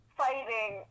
fighting